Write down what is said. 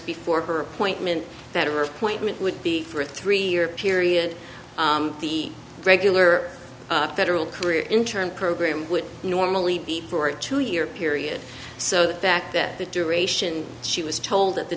before her point men that are appointment would be for a three year period the regular federal career in term program would normally be for a two year period so the fact that the duration she was told that the